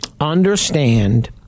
understand